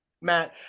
Matt